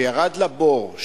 שירד לבור,